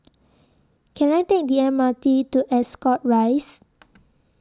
Can I Take The M R T to Ascot Rise